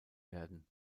werden